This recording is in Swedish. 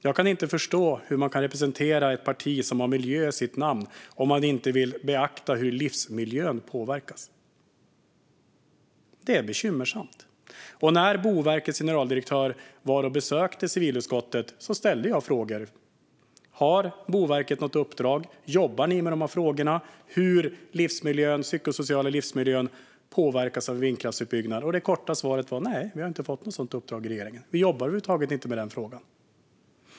Jag kan inte förstå hur man kan representera ett parti som har miljö i sitt namn om man inte vill beakta hur livsmiljön påverkas. Det är bekymmersamt. När Boverkets generaldirektör besökte civilutskottet ställde jag frågor. Har Boverket ett uppdrag? Jobbar ni med frågorna om hur livsmiljön och den psykosociala livsmiljön påverkas av vindkraftsutbyggnad? Det korta svaret var att verket inte har fått något sådant uppdrag av regeringen, att verket över huvud taget inte jobbar med den frågan.